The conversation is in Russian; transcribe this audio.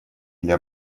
для